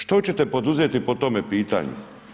Što ćete poduzeti po tome pitanju?